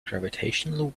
gravitational